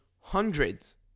hundreds